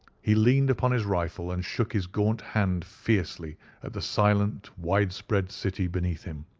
he leaned upon his rifle and shook his gaunt hand fiercely at the silent widespread city beneath him.